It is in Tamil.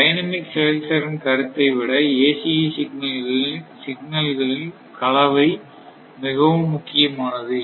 டைனமிக் செயல்திறன் கருத்தை விட ACE சிக்னல்களில் கலவை மிகவும் முக்கியமானது